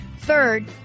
Third